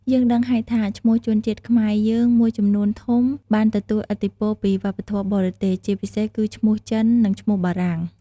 យើងដឹងហើយថាឈ្មោះជនជាតិខ្មែរយើងមួយចំនួនធំ បានទទួលឥទ្ធិពលពីវប្បធម៌បរទេស ជាពិសេសគឺ ឈ្មោះចិន និង ឈ្មោះបារាំង។